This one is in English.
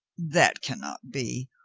that can not be.